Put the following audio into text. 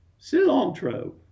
cilantro